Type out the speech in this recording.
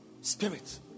spirit